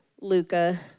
Luca